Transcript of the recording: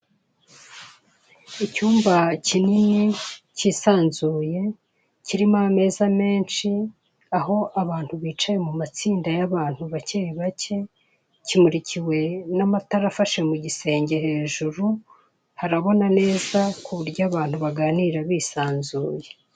Icyumba kinini, cyisanzuye, kirimo ameza menshi, aho abantu bicaye mu matsinda y'abantu bake bake, kimurikiwe n'amatara afashe mu gisenge hejuru, harabona neza ku buryo abantu baganira bisanzuye.